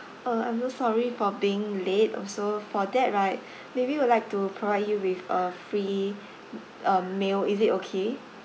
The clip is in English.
uh I'm also sorry for being late also for that right maybe we'll like to provide you with a free um meal is it okay